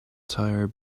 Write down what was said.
tire